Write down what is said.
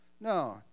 No